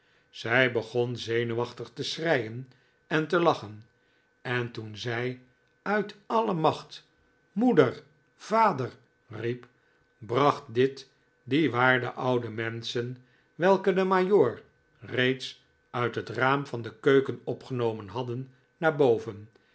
zij begon zenuwachtig te schreien en te lachen en toen zij uit alle macht moeder vader riep bracht dit die waarde oude menschen welke den majoor reeds uit het raam van de keuken opgenomen hadden naar boven